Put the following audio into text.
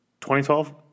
2012